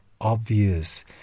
obvious